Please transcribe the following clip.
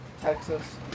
Texas